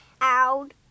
out